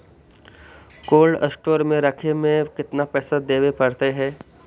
Cold store में रखे में केतना पैसा देवे पड़तै है?